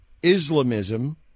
Islamism